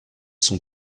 sont